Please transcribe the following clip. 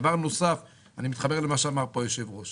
דבר נוסף, אני מתחבר למה שאמר פה היושב-ראש